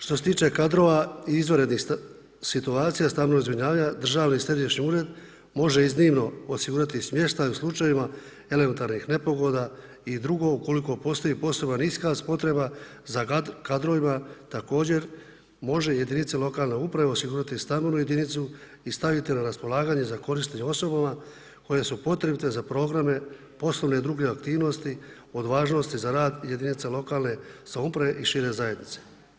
Što se tiče kadrova i izvanrednih situacija stambenog zbrinjavanja Državni središnji ured, može iznimno osigurati smještaj u slučajevima elementarnih nepogoda i drugo, ukoliko postoji poseban iskaz potreba za kadrovima također može jedinice lokalne uprave osigurati stambenu jedinicu i staviti na raspolaganje za korištenje osobama koje su potrebite za programe poslovne, druge aktivnosti od važnosti za rad jedinice lokalne samouprave i šire zajednice.